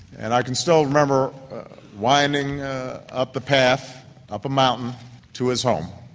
and i can still remember winding up the path up a mountain to his home.